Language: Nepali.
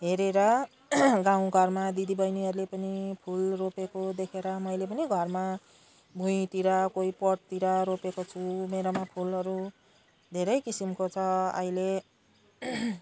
हेरेर गाउँघरमा दिदीबहिनीहरूले पनि फुल रोपेको देखेर मैले पनि घरमा भुईँतिर कोई पटतिर रोपेको छु मेरोमा फुलहरू धेरै किसिमको छ अहिले